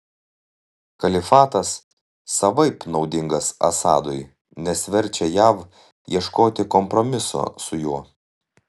kalifatas savaip naudingas assadui nes verčia jav ieškoti kompromiso su juo